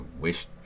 wish